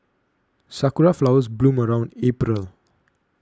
sakura flowers bloom around April